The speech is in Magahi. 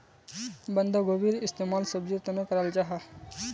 बन्द्गोभीर इस्तेमाल सब्जिर तने कराल जाहा